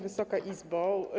Wysoka Izbo!